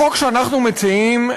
החוק שאנחנו מציעים,